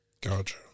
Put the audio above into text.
Gotcha